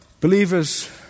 believers